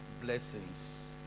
blessings